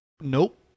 Nope